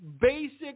basic